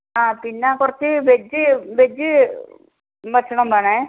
ആ പിന്നെ കുറച്ച് വെജ് വെജ് ഭക്ഷണം വേണേ